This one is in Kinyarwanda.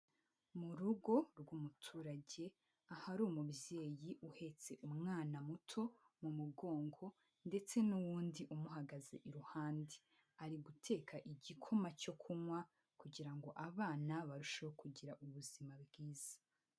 Mu rugo rw'umuturage ahari umubyeyi uhetse umwana muto mu mugongo ndetse n'uwundi umuhagaze iruhande. Ari guteka igikoma cyo kunywa kugira ngo abana barusheho kugira ubuzima bwiza.